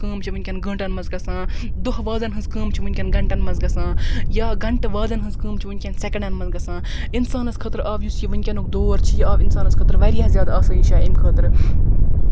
کٲم چھِ ؤنکٮ۪ن گٲنٹَن منٛز گژھان دۄہ وادَن ہنز کٲم چھِ ؤنکٮ۪ن گَنٹَن منٛز گژھان یا گَنٹہٕ وادَن ہنز کٲم چھِ ؤنکٮ۪ن سٮ۪کَنڈَن منٛز گژھان اِنسانَس خٲطرٕ آو یُس یہِ ؤنکٮ۪نُک دور چھُ یہِ آو اِنسانَس خٲطرٕ واریاہ زیادٕ آسٲیِس آیہِ اَمہِ خٲطرٕ